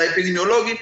לאפידמיולוגים,